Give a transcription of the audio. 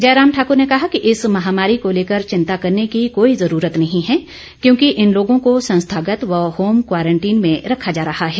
जयराम ठाकुर ने कहा कि इस महामारी को लेकर चिंता करने की कोई ज़रूरत नहीं है क्योंकि इन लोगों को संस्थागत व होम क्वारंटीन में रखा जा रहा है